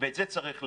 ואת זה צריך לדעת.